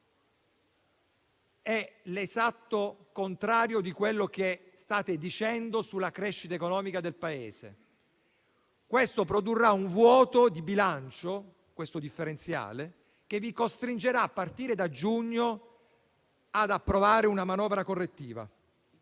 è l'esatto contrario di quello che state dicendo sulla crescita economica del Paese. Questo differenziale produrrà un vuoto di bilancio, che vi costringerà, a partire da giugno, ad approvare una manovra correttiva.